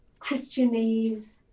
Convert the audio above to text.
Christianese